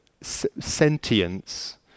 sentience